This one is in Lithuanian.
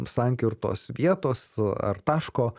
sankirtos vietos ar taško